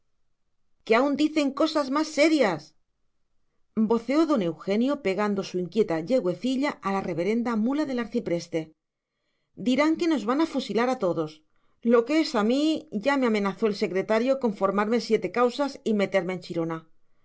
que aún dicen cosas más serias voceó don eugenio pegando su inquieta yegüecilla a la reverenda mula del arcipreste dirán que nos van a fusilar a todos lo que es a mí ya me amenazó el secretario con formarme siete causas y meterme en chirona